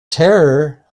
terror